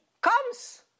comes